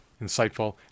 insightful